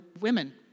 women